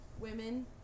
women